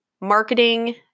marketing